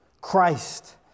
Christ